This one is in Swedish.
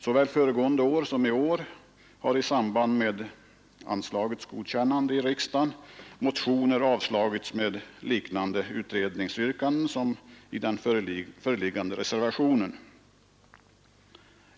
Såväl föregående år som i år har i samband med anslagets godkännande i riksdagen motioner avslagits med liknande utredningsyrkanden som i den föreliggande reservationen.